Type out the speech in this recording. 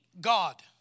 God